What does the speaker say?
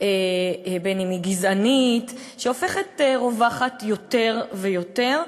ובין שהיא גזענית, הופכת רווחת יותר ויותר.